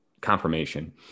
confirmation